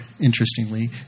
interestingly